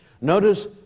Notice